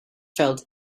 felt